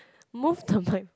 move the mic